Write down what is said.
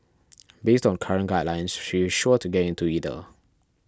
based on current guidelines she is sure to get into either